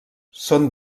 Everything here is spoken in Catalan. són